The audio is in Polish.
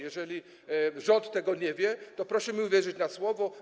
Jeżeli rząd tego nie wie, to proszę mi uwierzyć na słowo.